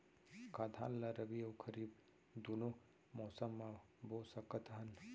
का धान ला रबि अऊ खरीफ दूनो मौसम मा बो सकत हन?